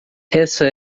essa